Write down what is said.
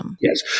Yes